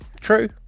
True